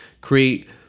create